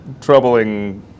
troubling